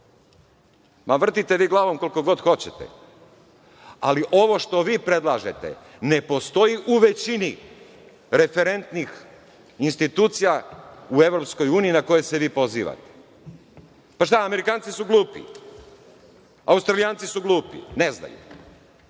Vrtite vi glavom koliko god hoćete, ali ovo što vi predlažete ne postoji u većini referentnih institucija u Evropskoj uniji na koju se vi pozivate. Šta, Amerikanci su glupi? Australijanci su glupi? Ne znaju.